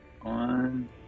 One